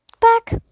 Back